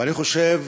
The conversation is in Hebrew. ואני חושב,